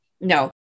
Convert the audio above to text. no